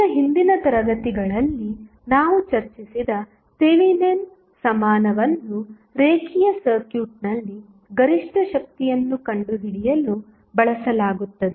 ಈಗ ಹಿಂದಿನ ತರಗತಿಗಳಲ್ಲಿ ನಾವು ಚರ್ಚಿಸಿದ ಥೆವೆನಿನ್ ಸಮಾನವನ್ನು ರೇಖೀಯ ಸರ್ಕ್ಯೂಟ್ನಲ್ಲಿ ಗರಿಷ್ಠ ಶಕ್ತಿಯನ್ನು ಕಂಡುಹಿಡಿಯಲು ಬಳಸಲಾಗುತ್ತದೆ